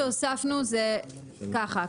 שהוספנו זה ככה.